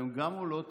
והן גם עולות